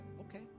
okay